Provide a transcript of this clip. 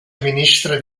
ministre